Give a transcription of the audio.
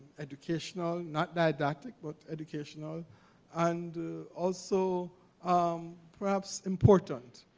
educational not didactic but educational and also um perhaps important,